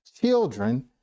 children